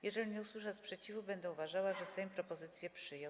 Jeżeli nie usłyszę sprzeciwu, będę uważała, że Sejm propozycję przyjął.